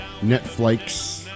Netflix